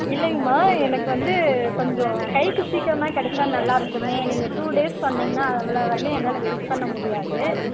இல்லைங்கம்மா எனக்கு வந்து கொஞ்சம் கைக்கு சீக்கிரமாக கிடைத்தா நல்லாயிருக்குமே நீங்கள் டூ டேஸ் சொன்னீங்னால் அவ்வளோவு வரையும் என்னால் வெயிட் பண்ணமுடியாது